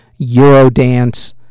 Eurodance